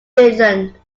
finland